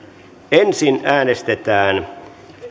ensin äänestetään